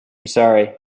sorry